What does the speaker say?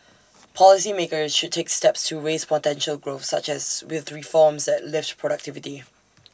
policy makers should take steps to raise potential growth such as with reforms that lift productivity